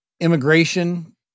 immigration